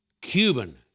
Cuban